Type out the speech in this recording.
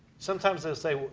sometimes they say,